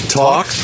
talk